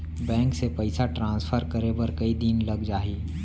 Bank से पइसा transfer करे बर कई दिन लग जाही?